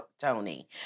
Tony